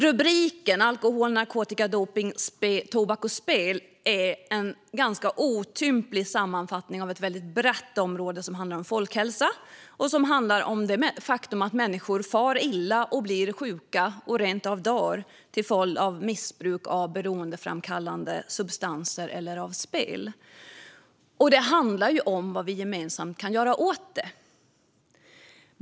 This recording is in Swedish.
Rubriken Alkohol, narkotika, dopning, tobak och spel är en ganska otymplig sammanfattning av ett brett område som handlar om folkhälsa och det faktum att människor far illa och blir sjuka, rentav dör, till följd av missbruk av beroendeframkallande substanser eller av spel. Det handlar också om vad vi gemensamt kan göra åt det.